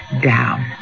down